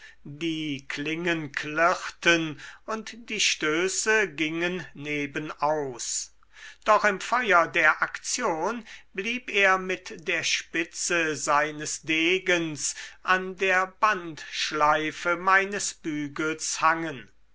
die klingen klirrten und die stöße gingen nebenaus doch im feuer der aktion blieb er mit der spitze seines degens an der bandschleife meines bügels hangen